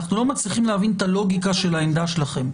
אנחנו לא מצליחים להבין את הלוגיקה של החקירה שלכם.